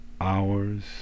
hours